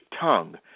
tongue